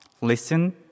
listen